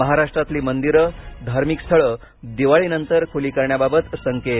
महाराष्ट्रातली मंदिरे धार्मिक स्थळे दिवाळीनंतर खुली करण्याबाबत संकेत